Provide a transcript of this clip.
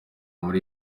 muri